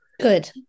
Good